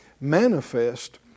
manifest